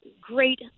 great